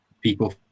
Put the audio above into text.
people